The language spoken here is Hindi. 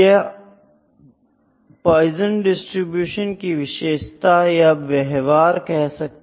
यह पोइजन डिस्ट्रीब्यूशन की विशेषता या व्यवहार कहा जा सकता है